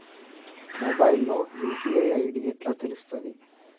Mobile లో UPI ID ఎట్లా తెలుస్తది?